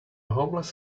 homeless